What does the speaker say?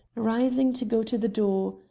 rising to go to the door.